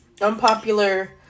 Unpopular